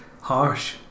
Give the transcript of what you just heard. harsh